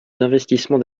d’investissement